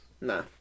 Nah